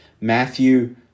Matthew